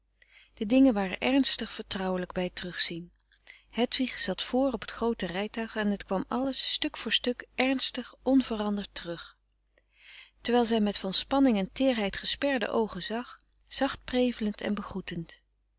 de dingen waren ernstig vertrouwelijk bij het terugzien hedwig zat vr op het groote rijtuig en het kwam alles stuk voor stuk ernstig onveranderd terug terwijl zij met van spanning en teerheid gesperde oogen zag zacht prevelend en begroetend